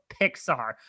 Pixar